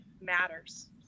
matters